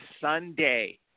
Sunday